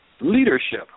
Leadership